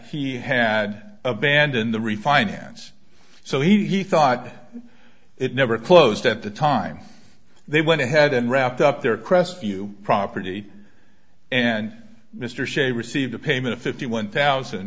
he had abandoned the refinance so he thought it never closed at the time they went ahead and wrapped up their crestview property and mr sze received payment fifty one thousand